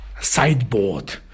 sideboard